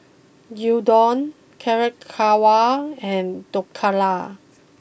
Gyudon Carrot Halwa and Dhokla